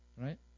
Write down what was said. right